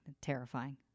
Terrifying